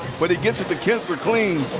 but he gets it to kinsler clean.